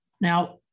Now